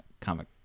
comic